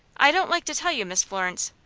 i don't like to tell you, miss florence.